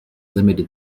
limited